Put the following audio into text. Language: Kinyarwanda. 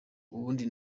ubundi